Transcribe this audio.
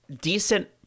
decent